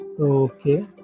Okay